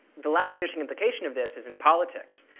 the last interesting implication of this is in politics.